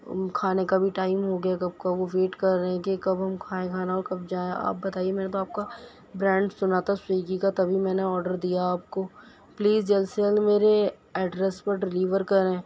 کھانے کا بھی ٹائم ہو گیا کب کا وہ ویٹ کر رہے ہیں کہ کب ہم کھائیں کھانا اور کب جائیں آپ بتائیے میں نے تو آپ کا برانڈ سنا تھا سوئگی کا تبھی میں نے آڈر دیا آپ کو پلیز جلد سے جلد میرے ایڈریس پر ڈلیور کریں